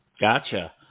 Gotcha